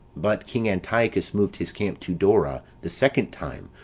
but king antiochus moved his camp to dora the second time,